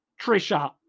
trisha